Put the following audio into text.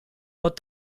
pot